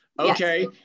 Okay